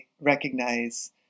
recognize